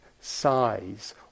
size